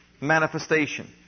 manifestation